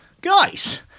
guys